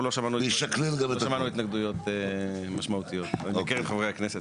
אנחנו לא שמענו התנגדויות משמעותיות בקרב חברי הכנסת.